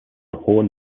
hohen